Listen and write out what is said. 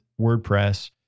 WordPress